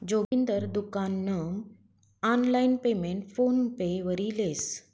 जोगिंदर दुकान नं online payment PhonePe worry लेस